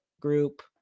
group